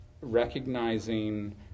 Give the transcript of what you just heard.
recognizing